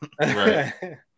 Right